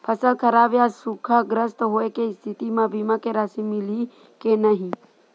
फसल खराब या सूखाग्रस्त होय के स्थिति म बीमा के राशि मिलही के नही?